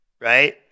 Right